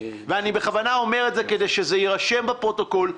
ואני בכוונה אומר את זה כדי שזה יירשם בפרוטוקול.